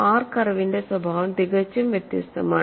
R കർവിന്റെ സ്വഭാവം തികച്ചും വ്യത്യസ്തമാണ്